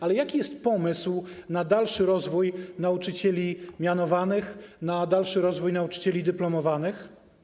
Ale jaki jest pomysł na dalszy rozwój nauczycieli mianowanych, na dalszy rozwój nauczycieli dyplomowanych?